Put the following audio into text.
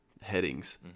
headings